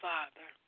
Father